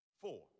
Four